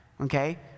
okay